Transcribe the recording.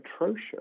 atrocious